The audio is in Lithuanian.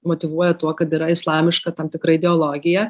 motyvuoja tuo kad yra islamiška tam tikra ideologija